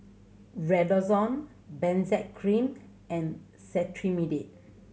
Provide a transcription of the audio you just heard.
Redoxon Benzac Cream and Cetrimide